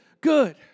good